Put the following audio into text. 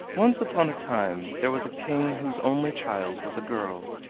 once upon a time there was a king whose only child was a girl.